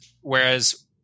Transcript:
Whereas